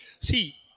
See